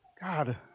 God